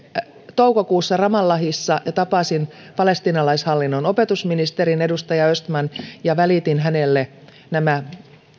toukokuussa ramallahissa ja tapasin palestiinalaishallinnon opetusministerin edustaja östman ja välitin hänelle nämä